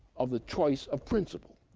of the choice of principle!